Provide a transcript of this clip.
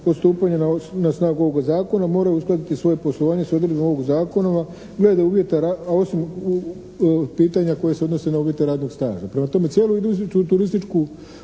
stupanja na snagu ovoga Zakona moraju uskladiti svoje poslovanje s odredbama ovog Zakona, a osim pitanja koje se odnose na uvjete radnog staža. Prema tome, cijelu turističku